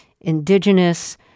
indigenous